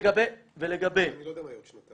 ולגבי --- אני לא יודע מה יהיה בעוד שנתיים.